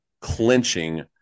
clinching